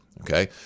okay